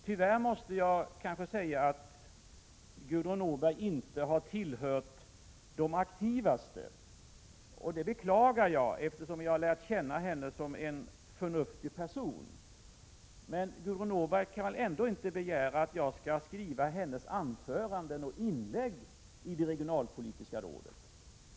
Tyvärr måste jag säga att Gudrun Norberg kanske inte har tillhört de aktivaste, och det beklagar jag eftersom jag lärt känna henne som en förnuftig person. Men Gudrun Norberg kan väl ändå inte begära att jag skall skriva hennes anföranden och inlägg i det regionalpolitiska rådet.